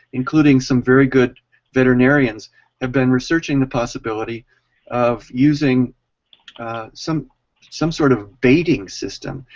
including some very good veterinarians have been researching the possibility of using some some sort of baiting system,